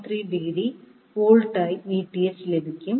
3 degree വോൾട്ടായി Vth ലഭിക്കും